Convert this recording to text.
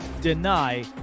deny